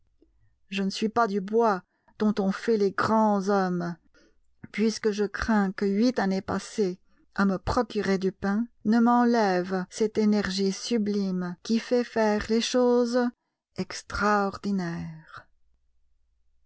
je ne suis pas du bois dont on fait les grands hommes puisque je crains que huit années passées à me procurer du pain ne m'enlèvent cette énergie sublime qui fait faire les choses extraordinaires